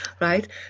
right